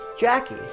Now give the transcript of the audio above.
Jackie